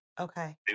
Okay